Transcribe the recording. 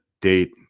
date